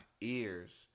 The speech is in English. ears